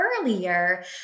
earlier